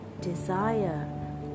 desire